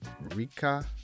Rika